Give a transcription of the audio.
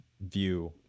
view